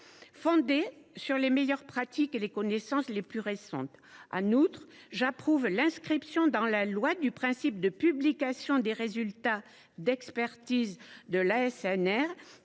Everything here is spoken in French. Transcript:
fondée sur les meilleures pratiques et les connaissances les plus récentes. En outre, j’approuve l’inscription dans la loi du principe de publication des résultats d’expertise de l’ASNR,